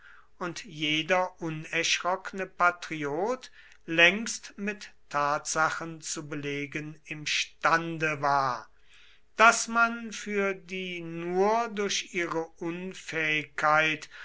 und jeder unerschrockene patriot längst mit tatsachen zu belegen imstande war daß man für die nur durch ihre unfähigkeit